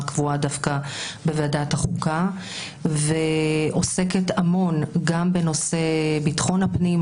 קבועה דווקא בוועדת חוקה ועוסקת המון גם בנושא ביטחון הפנים,